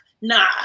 Nah